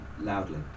loudly